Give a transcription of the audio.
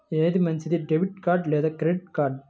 ఏది మంచిది, debit card లేదా క్రెడిట్ కార్డ్?